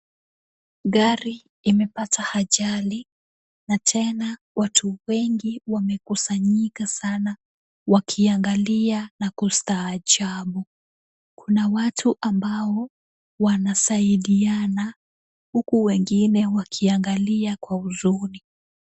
Gari limepata ajali, na tena watu wengi wamekusanyika sana, wakiangalia na kustaajabu. Kuna watu ambao wanasaidiana, huku wengine wakiangalia kwa huzuni.